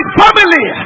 family